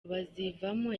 bazivamo